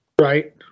Right